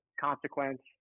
consequence